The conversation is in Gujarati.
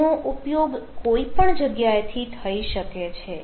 તેનો ઉપયોગ કોઈપણ જગ્યાએથી થઈ શકે છે